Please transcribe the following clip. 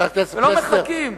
ולא מחכים,